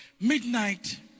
midnight